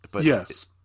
Yes